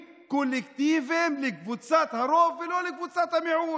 קולקטיביים לקבוצת הרוב ולא לקבוצת המיעוט?